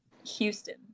Houston